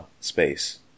space